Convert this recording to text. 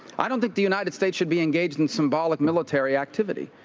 i don't think the united states should be engaged in symbolic military activity.